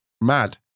Mad